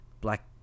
Black